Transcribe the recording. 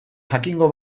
jakingo